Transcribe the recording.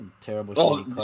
Terrible